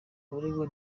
abaregwa